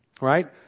right